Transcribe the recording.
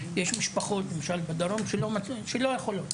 יש משפחות למשל בדרום שלא יכולות,